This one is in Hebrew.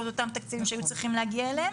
את אותם תקציבים שהיו צריכים להגיע אליהם,